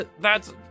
thats